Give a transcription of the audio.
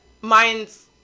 mine's